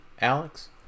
Alex